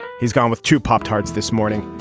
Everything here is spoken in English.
he's gone with two pop tarts this morning.